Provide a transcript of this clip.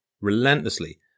relentlessly